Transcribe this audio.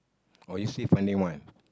or you save money one